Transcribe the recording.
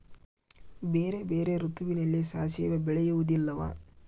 ಬೇರೆ ಬೇರೆ ಋತುವಿನಲ್ಲಿ ಸಾಸಿವೆ ಬೆಳೆಯುವುದಿಲ್ಲವಾ?